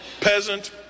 peasant